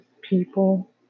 people